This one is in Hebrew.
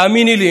תאמיני לי,